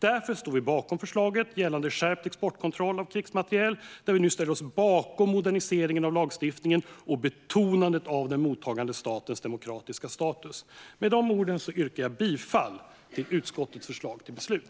Därför står vi bakom förslaget gällande skärpt exportkontroll av krigsmateriel, där vi nu ställer oss bakom moderniseringen av lagstiftningen och betonandet av den mottagande statens demokratiska status. Med de orden yrkar jag bifall till utskottets förslag till beslut.